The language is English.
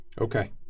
Okay